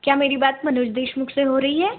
क्या मेरी बात मनोज देशमुख से हो रही है